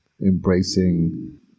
embracing